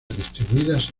distribuidas